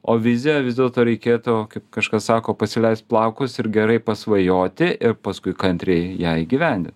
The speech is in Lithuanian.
o vizija vis dėlto reikėtų kaip kažkas sako pasileist plaukus ir gerai pasvajoti ir paskui kantriai ją įgyvendint